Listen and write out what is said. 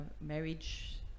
marriage